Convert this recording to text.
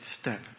step